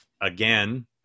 again